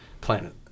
Planet